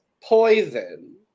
poison